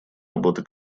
работы